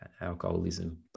alcoholism